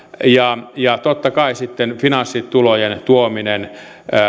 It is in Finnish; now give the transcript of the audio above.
ja ja totta kai sitten finanssitulojen tuominen